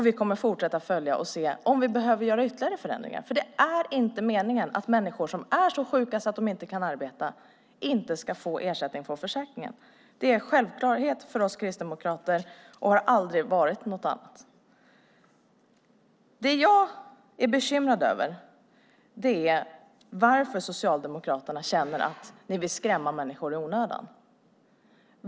Vi kommer att fortsätta följa detta och se om vi behöver göra ytterligare förändringar, för det är inte meningen att människor som är så sjuka att de inte kan arbeta inte ska få ersättning från försäkringen. Det är en självklarhet för oss kristdemokrater och har aldrig varit något annat. Det jag är bekymrad över är varför Socialdemokraterna vill skrämma människor i onödan.